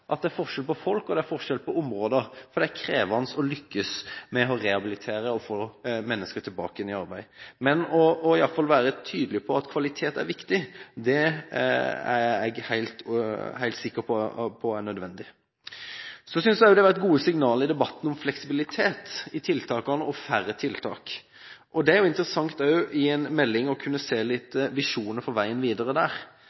at det er forskjell på folk, og det er forskjell på områder, for det er krevende å lykkes med å rehabilitere og få mennesker tilbake i arbeid. Men å være tydelig på at kvalitet er viktig, er jeg helt sikker på er nødvendig. Så synes jeg også det har vært gode signaler i debatten om fleksibilitet i tiltakene og færre tiltak, og det er jo også interessant i en melding å kunne se litt